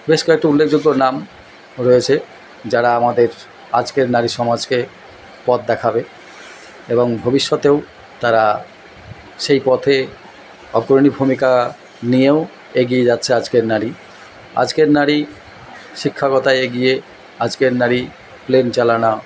বেশ কয়েকটি উল্লেখযোগ্য নাম রয়েছে যারা আমাদের আজকের নারী সমাজকে পথ দেখাবে এবং ভবিষ্যতেও তারা সেই পথে অগ্রণী ভূমিকা নিয়েও এগিয়ে যাচ্ছে আজকের নারী আজকের নারী শিক্ষাকতায় এগিয়ে আজকের নারী প্লেন চালানো